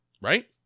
right